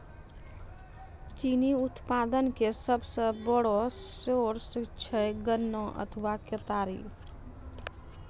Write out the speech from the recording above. चीनी उत्पादन के सबसो बड़ो सोर्स छै गन्ना अथवा केतारी